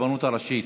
הראשית.